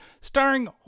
starring